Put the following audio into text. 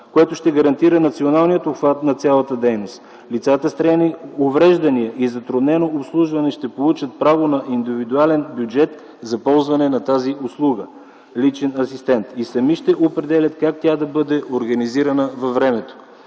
което ще гарантира националният обхват на цялата дейност. Лицата с трайни увреждания и затруднено обслужване ще получат право на индивидуален бюджет за ползване на тази услуга – „Личен асистент”, и сами ще определят как тя да бъде организирана във времето.